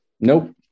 Nope